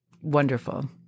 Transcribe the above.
Wonderful